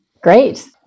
Great